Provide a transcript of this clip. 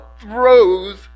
throws